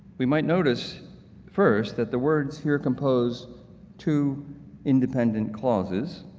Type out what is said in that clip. we might notice first that the words here compose two independent clauses,